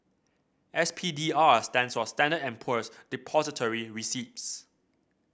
S P D R stands for Standard and Poor's Depository Receipts